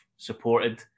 supported